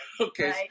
Okay